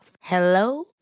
Hello